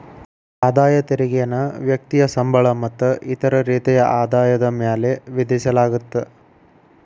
ಆದಾಯ ತೆರಿಗೆನ ವ್ಯಕ್ತಿಯ ಸಂಬಳ ಮತ್ತ ಇತರ ರೇತಿಯ ಆದಾಯದ ಮ್ಯಾಲೆ ವಿಧಿಸಲಾಗತ್ತ